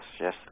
Yes